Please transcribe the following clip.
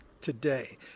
today